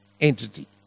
entity